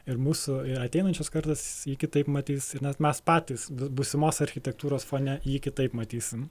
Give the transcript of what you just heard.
ir mūsų ir ateinančios kartos kitaip matys ir net mes patys būsimos architektūros fone jį kitaip matysim